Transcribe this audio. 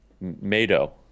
Mado